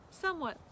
somewhat